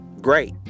great